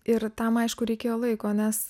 ir tam aišku reikėjo laiko nes